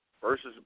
versus